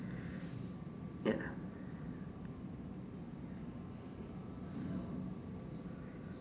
ya